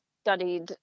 studied